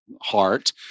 heart